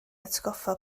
atgoffa